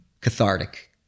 cathartic